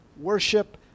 worship